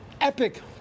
epic